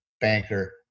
banker